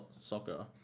soccer